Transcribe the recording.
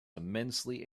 immensely